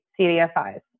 CDFIs